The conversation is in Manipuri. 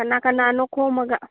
ꯀꯅꯥ ꯀꯅꯥꯅꯣ ꯈꯣꯝꯃꯒ